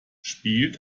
spielt